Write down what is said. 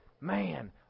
Man